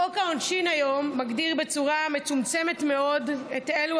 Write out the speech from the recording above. חוק העונשין היום מגדיר בצורה מצומצמת מאוד את אלו